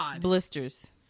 blisters